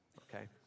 okay